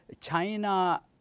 China